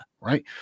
right